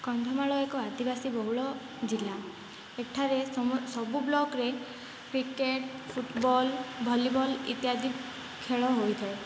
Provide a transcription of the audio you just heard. କନ୍ଧମାଳ ଏକ ଆଦିବାସୀ ବହୁଳ ଜିଲ୍ଲା ଏଠାରେ ସବୁ ବ୍ଲକ୍ରେ କ୍ରିକେଟ୍ ଫୁଟବଲ୍ ଭଲିବଲ୍ ଇତ୍ୟାଦି ଖେଳ ହୋଇଥାଏ